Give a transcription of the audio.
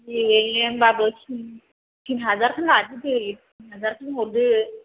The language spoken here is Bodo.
दे होनबाबो टिन टिन हाजारखौनो लादो दे टिन हाजारखौनो हरदो